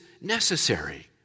necessary